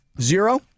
Zero